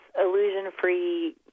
illusion-free